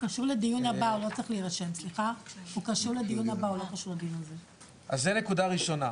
אז זה נקודה ראשונה,